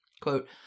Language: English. quote